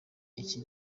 iki